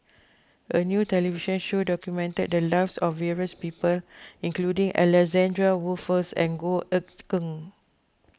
a new television show documented the lives of various people including Alexander Wolters and Goh Eck Kheng